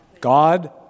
God